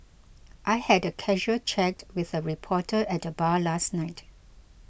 I had a casual chat with a reporter at the bar last night